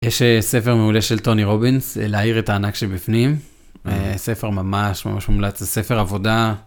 יש ספר מעולה של טוני רובינס להעיר את הענק שבפנים, ספר ממש ממש ממלץ, זה ספר עבודה.